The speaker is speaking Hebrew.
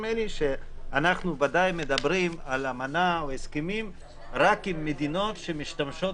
שאנחנו ודאי מדברים על אמנה והסכמים רק עם מדינות שמשתמשות